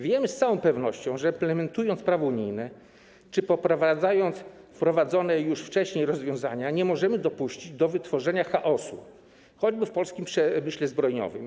Wiemy z całą pewnością, że implementując prawo unijne czy poprawiając wprowadzone już wcześniej rozwiązania, nie możemy dopuścić do wytworzenia chaosu choćby w polskim przemyśle zbrojeniowym.